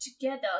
together